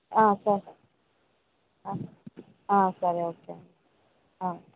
సరే సరే ఓకే